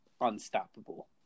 unstoppable